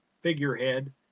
figurehead